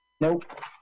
Nope